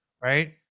right